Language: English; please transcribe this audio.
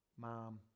mom